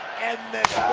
end this